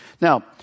Now